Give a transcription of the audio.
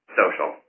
social